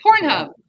Pornhub